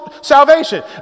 salvation